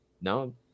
No